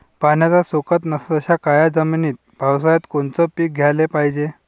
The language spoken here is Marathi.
पाण्याचा सोकत नसन अशा काळ्या जमिनीत पावसाळ्यात कोनचं पीक घ्याले पायजे?